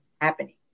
happening